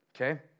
Okay